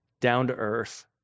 down-to-earth